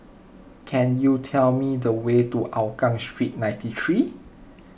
can you tell me the way to Hougang Street ninety three